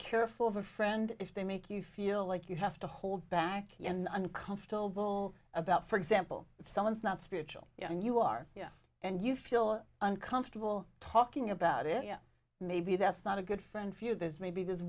careful of a friend if they make you feel like you have to hold back and uncomfortable about for example if someone's not spiritual you know and you are and you feel uncomfortable talking about it yeah maybe that's not a good friend for you there's maybe th